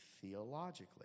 theologically